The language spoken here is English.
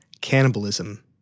cannibalism